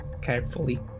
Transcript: carefully